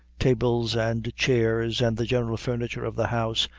tables and chairs, and the general furniture of the house,